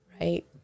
Right